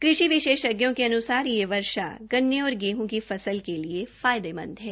कृषि विशेषज्ञों के अनुसार ये वर्षा गन्ने और गेहूं की फसल के लिए फायदेमंद है